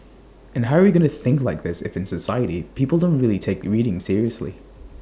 and how are we going to think like this if in society people don't really take reading seriously